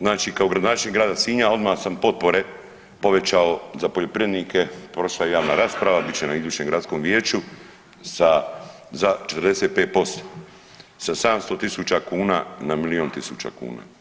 Znači kao gradonačelnik grada Sinja odma sam potpore povećao za poljoprivrednike, prošla je javna rasprava, bit će na idućem gradskom vijeću za 45%, sa 700 tisuća kuna na milijun tisuća kuna.